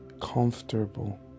comfortable